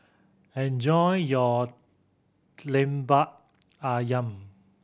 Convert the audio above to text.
enjoy your Lemper Ayam